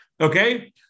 okay